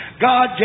God